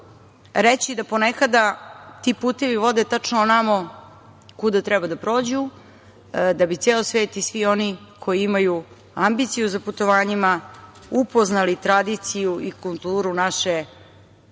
reći da ponekada ti putevi vode tačno onamo kuda treba da prođu, da bi ceo svet i svi oni koji imaju ambiciju za putovanjima upoznali tradiciju i kulturu naše ne